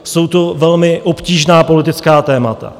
Jsou to velmi obtížná politická témata.